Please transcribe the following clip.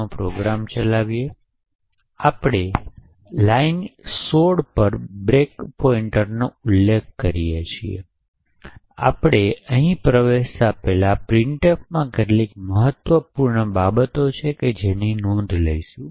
માં પ્રોગ્રામ ચલાવીએ આપણે લાઈન 16 પર બ્રેક પોઇન્ટનો ઉલ્લેખ કરીએ છીએ અને આપણે પ્રવેશતા પહેલા આપણે પ્રિન્ટફમાં કેટલીક મહત્વપૂર્ણ બાબતોની નોંધ લઈશું